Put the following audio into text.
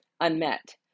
unmet